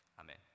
Amen